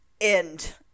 end